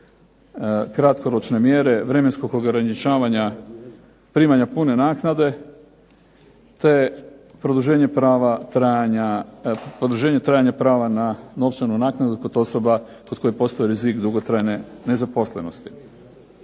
kratkoročne mjere vremenskog ograničavanja primanja pune naknade, te produženje trajanja prava na novčanu naknadu kod osoba kod kojih postoji rizik dugotrajne nezaposlenosti.